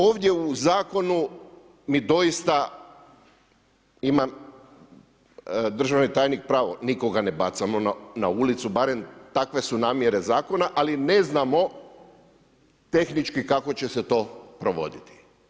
Ovdje u Zakonu mi doista, ima državni tajnik pravo, nikoga ne bacamo na ulicu, barem su takve namjere Zakona, ali ne znamo tehnički kako će se to provoditi.